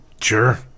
Sure